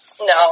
No